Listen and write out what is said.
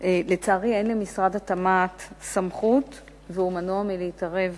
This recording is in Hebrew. לצערי אין למשרד התמ"ת סמכות והוא מנוע מלהתערב.